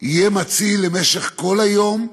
יהיה מציל למשך כל היום,